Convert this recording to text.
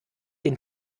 den